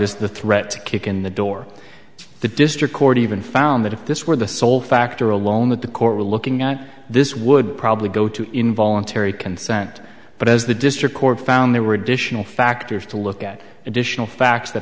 the threat to kick in the door the district court even found that if this were the sole factor alone that the court were looking at this would probably go to involuntary consent but as the district court found there were additional factors to look at additional facts that